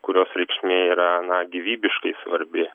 kurios reikšmė yra na gyvybiškai svarbi